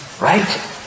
right